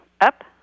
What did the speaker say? up